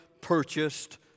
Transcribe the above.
purchased